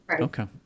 Okay